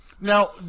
Now